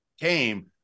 came